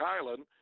Island